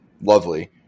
lovely